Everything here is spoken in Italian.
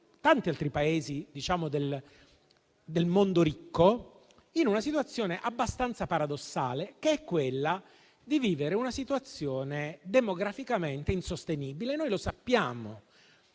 tanti altri Paesi del mondo ricco, in una situazione abbastanza paradossale, che è quella di vivere una condizione demografica insostenibile. Lo sappiamo: